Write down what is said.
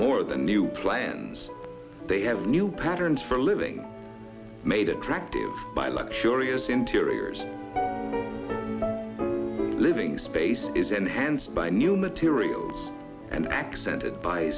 new plans they have new patterns for living made attractive by luxury as interiors living space is enhanced by new material and accented by